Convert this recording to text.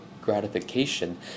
gratification